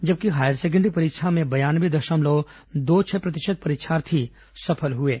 जबकि higher secondary परीक्षा में बयानवे दशमलव दो छह प्रतिशत परीक्षार्थी सफल हुए हैं